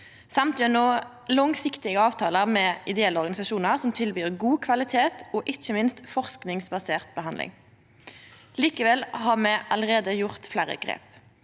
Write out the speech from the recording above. gjennom langsiktige avtalar med ideelle organisasjonar som tilbyr god kvalitet og ikkje minst forskingsbasert behandling. Likevel har me allereie tatt fleire grep.